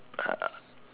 uh